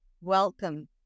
welcome